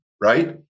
right